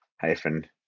hyphen